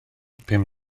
pum